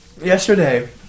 Yesterday